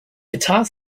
guitar